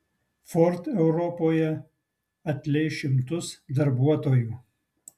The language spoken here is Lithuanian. ford europoje atleis šimtus darbuotojų